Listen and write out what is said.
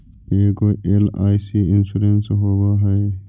ऐगो LIC insurance होव है?